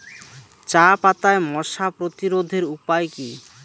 চাপাতায় মশা প্রতিরোধের উপায় কি?